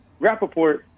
Rappaport